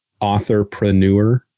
authorpreneur